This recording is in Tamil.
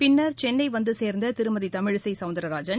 பின்னர் சென்னை வந்துசேர்ந்த திருமதி தமிழிசை சௌந்தரராஜன்